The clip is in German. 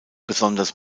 besonders